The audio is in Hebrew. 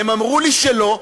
והם אמרו לי שלא,